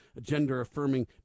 gender-affirming